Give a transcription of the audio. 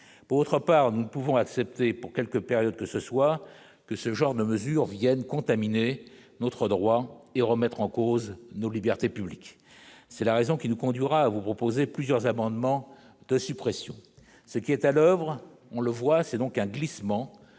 pour notre part, nous ne pouvons accepter pour quelques période que ce soit que ce genre de mesures viennent contaminer notre droit et remettre en cause nos libertés publiques, c'est la raison qui nous conduira à vous proposer plusieurs amendements de suppression, ce qui est à l'oeuvre, on le voit, c'est donc un glissement